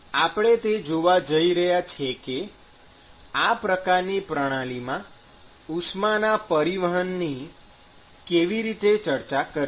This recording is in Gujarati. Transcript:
અને આપણે તે જોવા જઈ રહ્યા છીએ કે આ પ્રકારની પ્રણાલીમાં ઉષ્માના પરિવહનની કેવી રીતે ચર્ચા કરવી